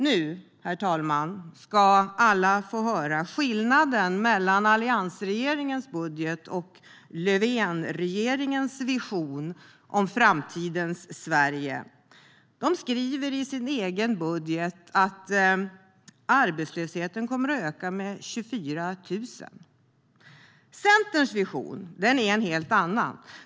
Nu, herr talman, ska alla få höra skillnaden mellan alliansregeringens budget och Löfvenregeringens vision om framtiden i Sverige. Regeringen skriver i sin egen budget att arbetslösheten kommer att öka med 24 000. Centerns vision är en helt annan.